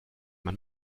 man